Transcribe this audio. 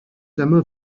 dyma